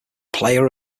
player